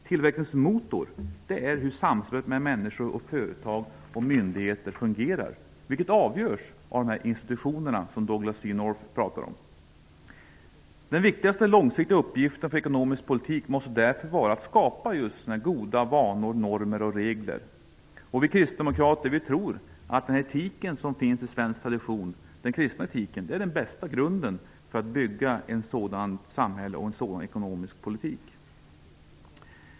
Tillväxtens motor är hur samspelet mellan människor, företag och myndigheter fungerar, vilket avgörs av institutionerna, som Douglass C. North pratar om. Den viktigaste långsiktiga uppgiften för ekonomisk politik måste därför vara att skapa just goda vanor, normer och regler. Vi kristdemokrater tror att den etik som finns i svensk tradition, den kristna etiken, är den bästa grunden för att bygga ett sådant samhälle och en sådan ekonomisk politik.